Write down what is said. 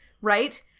right